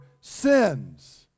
sins